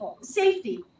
safety